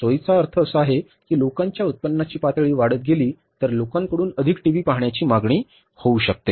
सोईचा अर्थ असा आहे की लोकांच्या उत्पन्नाची पातळी वाढत गेली तर लोकांकडून अधिक टीव्ही पहाण्याची मागणी होऊ शकते